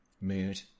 mood